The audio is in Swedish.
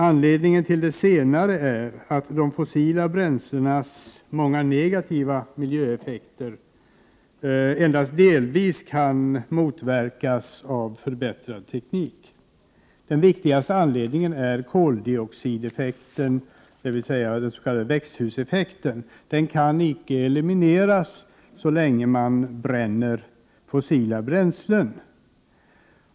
Anledningen till det senare är att de fossila bränslenas många negativa miljöeffekter endast delvis kan motverkas av förbättrad teknik. Den viktigaste anledningen är koldioxidutsläppen, dvs. den s.k. växthuseffekten. Den kan icke elimineras så länge man använder fossila bränslen.